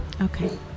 okay